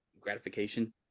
gratification